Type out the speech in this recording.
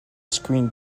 screen